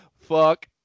Fuck